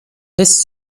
his